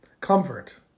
Comfort